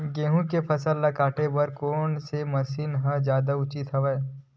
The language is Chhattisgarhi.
गेहूं के फसल ल काटे बर कोन से मशीन ह जादा उचित हवय?